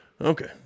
Okay